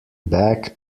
back